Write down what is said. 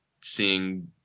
seeing